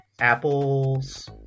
Apple's